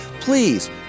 Please